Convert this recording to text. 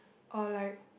or like